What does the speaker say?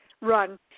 run